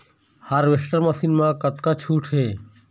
Harvester machine मा कतका छूट हे?